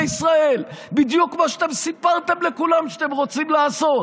ישראל בדיוק מה שאתם סיפרתם לכולם שאתם רוצים לעשות.